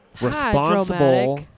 responsible